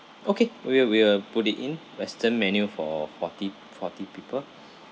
okay we'll we'll put it in western menu for forty forty people